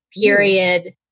period